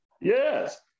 Yes